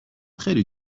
خیلی